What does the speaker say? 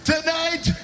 Tonight